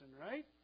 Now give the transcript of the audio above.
right